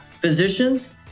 physicians